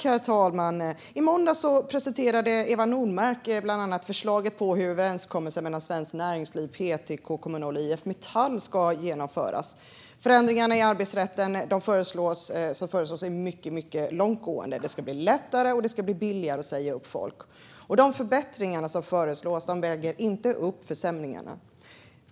Herr talman! I måndags presenterade Eva Nordmark bland annat förslaget om hur överenskommelsen mellan Svenskt Näringsliv, PTK, Kommunal och IF Metall ska genomföras. De förändringar i arbetsrätten som föreslås är mycket långtgående. Det ska bli lättare och billigare att säga upp folk. De förbättringar som föreslås väger inte upp försämringarna.